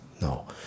No